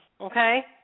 Okay